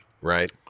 right